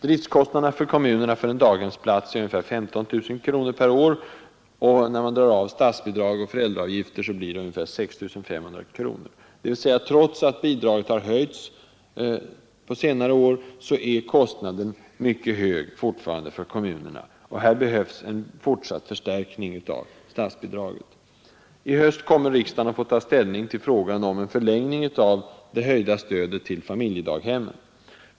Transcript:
Driftkostnaderna för kommunerna för en daghemsplats är ungefär 15 000 kronor per år. Efter avdrag av statsbidrag och föräldraavgifter blir det ungefär 6 500 kronor. Trots att bidraget har höjts på senare år är kostnaden alltså fortfarande mycket hög för kommunerna. Här behövs en fortsatt förstärkning av statsbidraget. I höst kommer riksdagen att få ta ställning till frågan om en förlängning av det höjda stödet till familjedaghem.